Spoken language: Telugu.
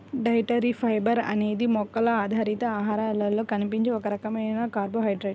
డైటరీ ఫైబర్ అనేది మొక్కల ఆధారిత ఆహారాలలో కనిపించే ఒక రకమైన కార్బోహైడ్రేట్